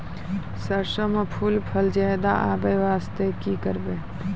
सरसों म फूल फल ज्यादा आबै बास्ते कि करबै?